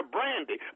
Brandy